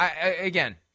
again